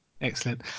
Excellent